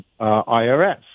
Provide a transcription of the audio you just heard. IRS